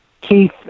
Keith